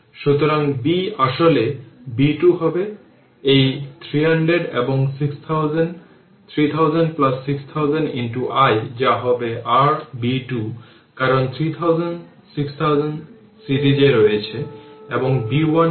সুতরাং সেক্ষেত্রে i t মূলত 2 5 e এর পাওয়ার 5 t কারণ i L t 2 e এর পাওয়ার 5 t 04 e এর পাওয়ার t 0 এর জন্য 5 t অ্যাম্পিয়ার